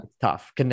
tough